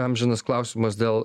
amžinas klausimas dėl